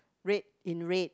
red in red